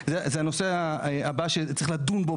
וזה הנושא הבא שצריך לדון בו,